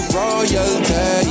royalty